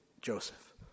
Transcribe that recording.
Joseph